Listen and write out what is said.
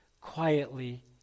quietly